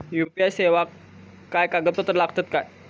UPI सेवाक काय कागदपत्र लागतत काय?